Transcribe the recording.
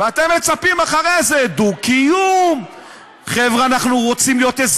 ואחרי זה אתם מצפים: דו-קיום,